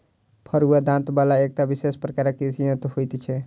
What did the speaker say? फरूआ दाँत बला एकटा विशेष प्रकारक कृषि यंत्र होइत छै